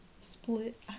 split